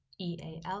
EAL